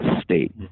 state